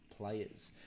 players